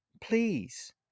please